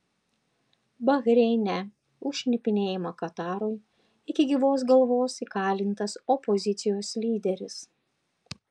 bahreine už šnipinėjimą katarui iki gyvos galvos įkalintas opozicijos lyderis